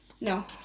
no